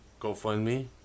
GoFundMe